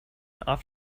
off